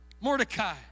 Mordecai